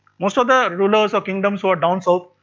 most of the rulers or kingdoms who were down so